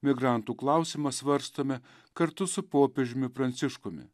migrantų klausimą svarstome kartu su popiežiumi pranciškumi